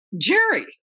Jerry